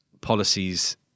policies